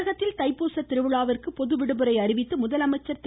தமிழகத்தில் தைப்பூசத் திருவிழாவிற்கு பொது விடுமுறை அறிவித்து முதலமைச்சர் திரு